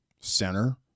center